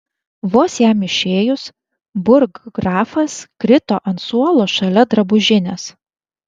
vos jam išėjus burggrafas krito ant suolo šalia drabužinės